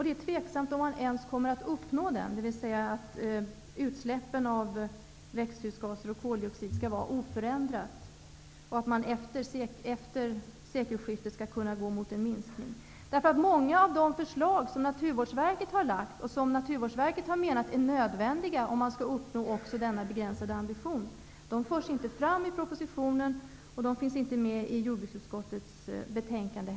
Det är tveksamt om man ens kommer att uppnå den, dvs. att utsläppen av växthusgaser och koldioxid skall vara oförändrade och att man efter sekelskiftet skall kunna gå mot en minskning. Många av de förslag som Naturvårdsverket har lagt fram, och Naturvårdsverket menar är nödvändiga om man skall uppnå enbart denna begränsade ambition, förs inte fram i propositionen, och de finns heller inte med i jordbruksutskottets betänkande.